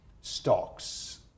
stocks